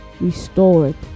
restored